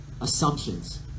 assumptions